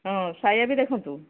ହଁ ଶାୟା ବି ଦେଖନ୍ତୁ